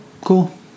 cool